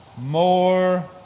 more